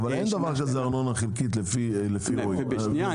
אבל אין דבר כזה ארנונה חלקית לפי --- רק שנייה,